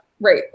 right